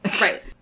Right